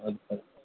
हजुर हजुर